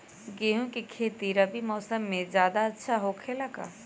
गेंहू के खेती रबी मौसम में ज्यादा होखेला का?